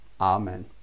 Amen